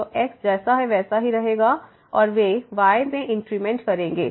तो x जैसा है वैसा ही रहेगा और वे y में इंक्रीमेंट करेंगे